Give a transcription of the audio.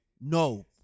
No